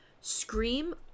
Scream